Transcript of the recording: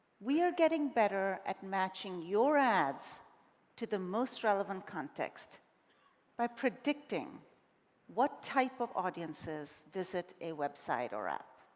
we are getting better at matching your ads to the most relevant context by predicting what type of audiences visit a website or app.